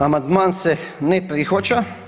Amandman se ne prihvaća.